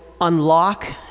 unlock